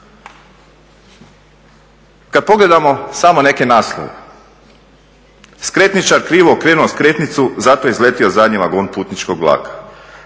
Kada pogledamo samo neke naslove, "Skretničar krivo okrenuo skretnicu zato je izletio zadnji vagon putničkog vlaka",